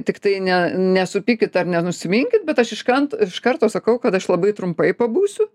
tiktai ne nesupykit ar nenusiminkit bet aš iškan iš karto sakau kad aš labai trumpai pabūsiu